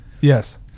Yes